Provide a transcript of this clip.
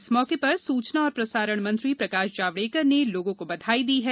इस मौके पर सुचना और प्रसारण मंत्री प्रकाश जावडेकर ने लोगों को बधाई दी है